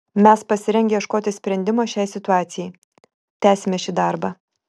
mes pasirengę ieškoti sprendimo šiai situacijai tęsime šį darbą